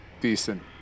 decent